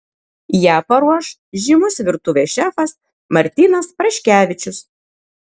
ją paruoš žymus virtuvės šefas martynas praškevičius